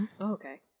okay